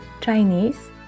Chinese